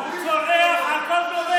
הוא צורח על כל דובר,